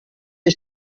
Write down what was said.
ich